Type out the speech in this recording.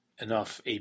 enough